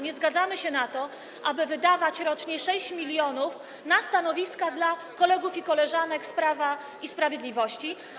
Nie zgadzamy się na to, aby wydawać rocznie 6 mln na stanowiska dla kolegów i koleżanek z Prawa i Sprawiedliwości.